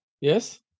Yes